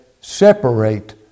separate